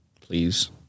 please